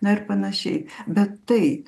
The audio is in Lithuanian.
na ir panašiai bet tai